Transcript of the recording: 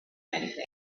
anything